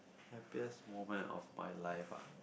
happiest moment of my life ah